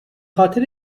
خاطر